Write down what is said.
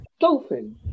dolphin